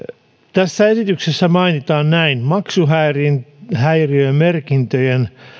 tässä esityksessä mainitaan näin maksuhäiriömerkintöjen